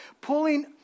pulling